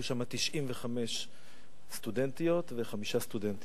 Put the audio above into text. היו שם 95 סטודנטיות וחמישה סטודנטים.